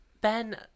Ben